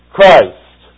Christ